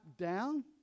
down